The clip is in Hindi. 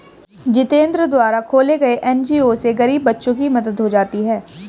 जितेंद्र द्वारा खोले गये एन.जी.ओ से गरीब बच्चों की मदद हो जाती है